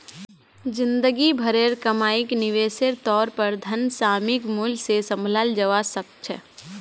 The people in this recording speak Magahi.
जिंदगी भरेर कमाईक निवेशेर तौर पर धन सामयिक मूल्य से सम्भालाल जवा सक छे